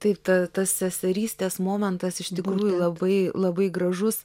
taip ta tas seserystės momentas iš tikrųjų labai labai gražus